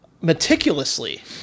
meticulously